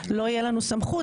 לא תהיה לנו סמכות,